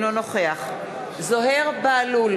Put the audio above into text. אינו נוכח זוהיר בהלול,